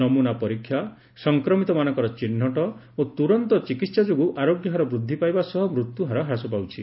ନମ୍ଭନା ପରୀକ୍ଷା ସଂକ୍ରମିତ ମାନଙ୍କର ଚିହ୍ନଟ ଓ ତୁରନ୍ତ ଚିକିତ୍ସା ଯୋଗୁଁ ଆରୋଗ୍ୟହାର ବୃଦ୍ଧି ପାଇବା ସହ ମୃତ୍ୟୁହାର ହ୍ରାସ ପାଉଛି